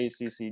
ACC